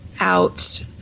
out